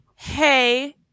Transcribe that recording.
Hey